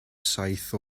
saith